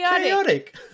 chaotic